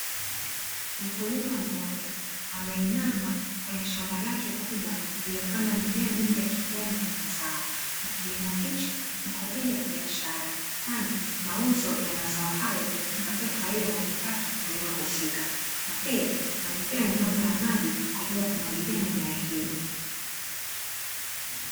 Mkulima mmoja ameinama kwenye shamba lake kubwa alilopanda mimea mingi ya kijani ya mazao na kilimo hichi ni kwa ajili ya biashara, kwani mauzo ya mazao hayo humpatia faida na kipato mkulima husika. Na pia kuna mipira myembamba ya maji kwa ajili ya kumwagilia mimea hiyo.